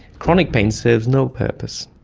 chronic pain serves no purpose.